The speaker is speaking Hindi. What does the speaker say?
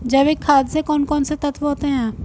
जैविक खाद में कौन कौन से तत्व होते हैं?